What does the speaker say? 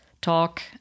talk